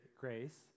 grace